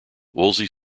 woolsey